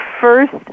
first